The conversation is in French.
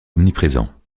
omniprésents